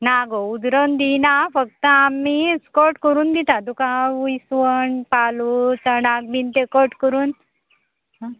ना गो उजरोवन दिना फक्त आमी कट करून दिता तुका विस्वण पालू चणाक बीन ते कट करून